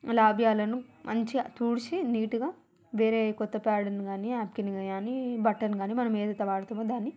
లాభ్యలను మంచిగా తుడిచి నీటిగా వేరే కొత్త ప్యాడ్ను కాని న్యాప్కిన్ని కాని బట్టనుగాని మనం ఏదయితే వాడుతామో దాన్ని